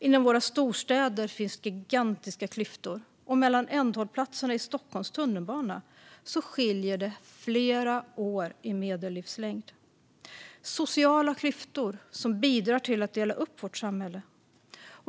Inom våra storstäder finns gigantiska klyftor, och mellan ändhållplatserna i Stockholms tunnelbana skiljer det flera år i medellivslängd. Det är sociala klyftor som bidrar till att dela upp vårt samhälle.